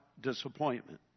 disappointment